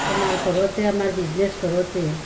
তোমাৰ ঘৰতে আমাৰ বিজনেছ ঘৰতে